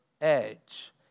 edge